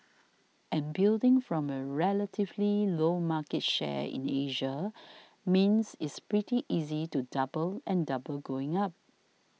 and building from a relatively low market share in Asia means it's pretty easy to double and double going up